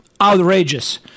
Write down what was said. outrageous